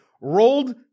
rolled